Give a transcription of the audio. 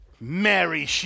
Mary